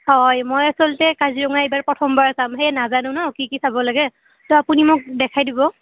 হয় মই আচলতে কাজিৰঙা এইবাৰ প্ৰথমবাৰ যাম সেয়ে নাজানো ন কি কি চাব লাগে তৌ আপুনি মোক দেখাই দিব